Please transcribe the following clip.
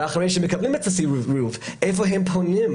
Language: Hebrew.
ואחרי שמקבלים את הסירוב, לאן הם פונים?